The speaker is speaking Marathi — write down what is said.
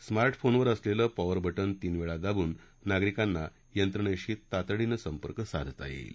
स्माधिकोनवर असलेलं पॉवर बाजे तीन वेळा दाबून नागरिकांना यंत्रणेशी तातडीनं संपर्क साधता येईल